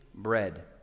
bread